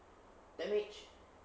damage